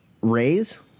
raise